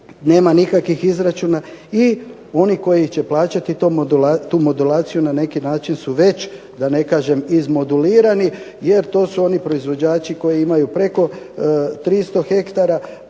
nema nikakvih izračuna i oni koji će plaćati tu modulaciju na neki način su već izmodulirani, jer to su oni proizvođači koji imaju preko 300 hektara.